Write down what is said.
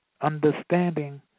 understanding